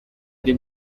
dem